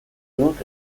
dut